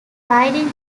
riding